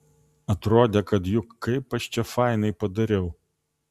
atrodė kad juk kaip aš čia fainai padariau